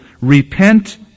repent